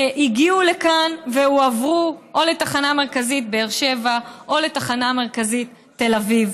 הגיעו לכאן והועברו או לתחנה מרכזית באר שבע או לתחנה מרכזית תל אביב.